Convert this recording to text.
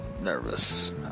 nervous